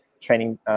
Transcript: training